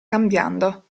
cambiando